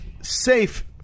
safe